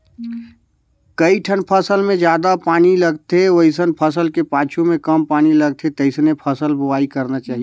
कइठन फसल मे जादा पानी लगथे वइसन फसल के पाछू में कम पानी लगथे तइसने फसल बोवाई करना चाहीये